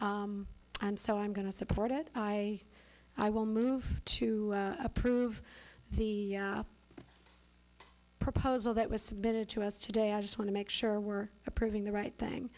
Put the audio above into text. and so i'm going to support it i i will move to approve the proposal that was submitted to us today i just want to make sure we're approving the right thing